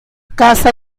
caza